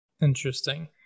Interesting